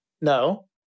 No